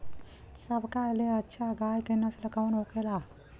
सबका ले अच्छा गाय के नस्ल कवन होखेला?